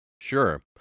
Sure